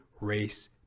race